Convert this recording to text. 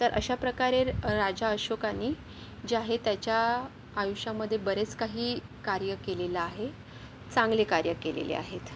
तर अशाप्रकारे र राजा अशोकानी जे आहे त्याच्या आयुष्यामध्ये बरेच काही कार्य केलेलं आहे चांगले कार्य केलेले आहेत